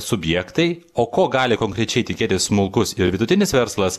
subjektai o ko gali konkrečiai tikėtis smulkus ir vidutinis verslas